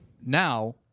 now